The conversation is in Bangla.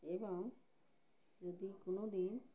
এবং যদি কোনো দিন